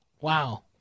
Wow